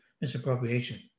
misappropriation